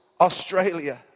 Australia